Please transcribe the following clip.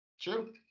True